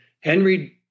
Henry